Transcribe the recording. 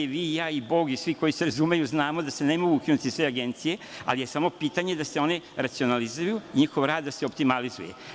I vi i ja, i Bog i svi koji se razumeju, znamo da se ne mogu ukinuti sve agencije, ali je samo pitanje da se one racionalizuju, njihov rad da se optimalizuje.